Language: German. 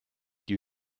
die